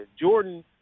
Jordan